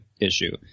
issue